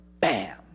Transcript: bam